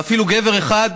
ואפילו גבר אחד,